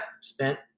spent